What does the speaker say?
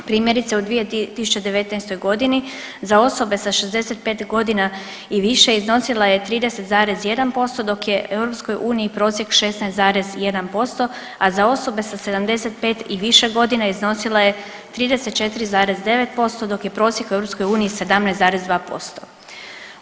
Primjerice u 2019. godini za osobe sa 65 godina i više iznosila je 30,1% dok je EU prosjek 16,1%, a za osobe sa 75 i više godina iznosila je 35,9% dok je prosjek u EU 17,2%